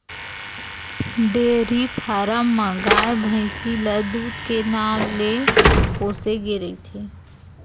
dairy farm म गाय, भइसी ल दूद के नांव ले पोसे गे रहिथे